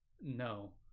No